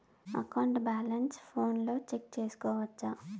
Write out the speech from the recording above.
account balance ఫోనులో check సేసుకోవచ్చా